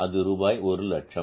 அது ரூபாய் 100000